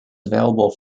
available